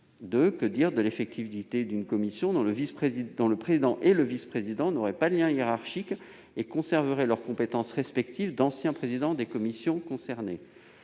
? Que dire de l'effectivité d'une commission, dont le président et le vice-président n'entretiendraient pas de lien hiérarchique et conserveraient leurs compétences respectives d'anciens présidents des commissions concernées ?